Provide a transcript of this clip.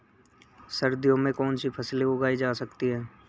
सर्दियों में कौनसी फसलें उगाई जा सकती हैं?